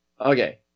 Okay